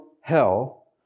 hell